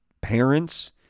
parents